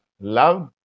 love